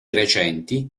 recenti